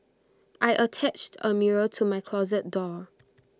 I attached A mirror to my closet door